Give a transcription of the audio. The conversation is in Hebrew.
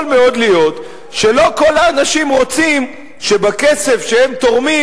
יכול מאוד להיות שלא כל האנשים רוצים שבכסף שהם תורמים